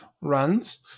runs